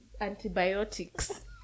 antibiotics